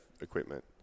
equipment